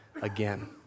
again